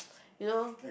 you know